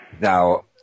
now